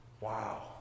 Wow